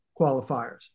qualifiers